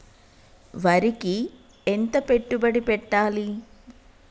వరికి ఎంత పెట్టుబడి పెట్టాలి?